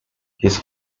his